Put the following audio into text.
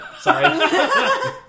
Sorry